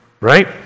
right